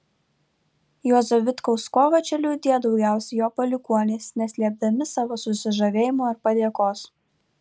juozo vitkaus kovą čia liudija daugiausiai jo palikuonys neslėpdami savo susižavėjimo ir padėkos